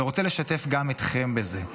ואני רוצה לשתף גם אתכם בזה.